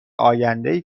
آیندهای